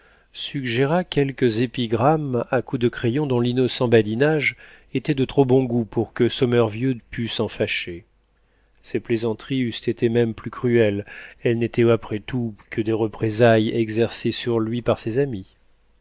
suggéra quelques épigrammes à coups de crayon dont l'innocent badinage était de trop bon goût pour que sommervieux pût s'en fâcher ces plaisanteries eussent été même plus cruelles elles n'étaient après tout que des représailles exercées sur lui par ses amis